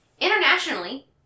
internationally